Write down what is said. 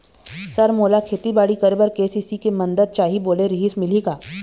Sir मोला खेतीबाड़ी करेबर के.सी.सी के मंदत चाही बोले रीहिस मिलही का?